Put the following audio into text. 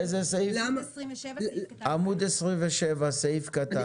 עמוד 27, סעיף קטן (ז).